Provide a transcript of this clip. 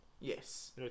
Yes